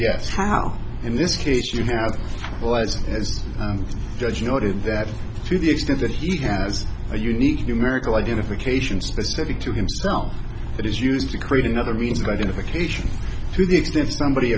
yes how in this case you have lies as judge noted that to the extent that he has a unique view marital identification specific to himself that is used to create another means of identification to the extent somebody